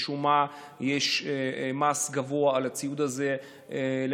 משום מה יש על הציוד הזה מס גבוה,